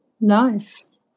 Nice